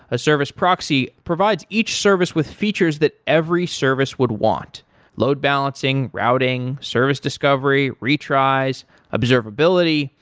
a service proxy provides each service with features that every service would want load balancing, routing, service discovery, retries observability.